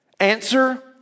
Answer